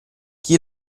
chi